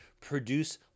produce